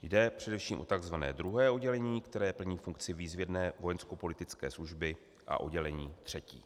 Jde především o tzv. druhé oddělení, které plní funkci výzvědné vojenskopolitické služby, a oddělení třetí.